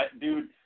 Dude